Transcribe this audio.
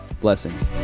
Blessings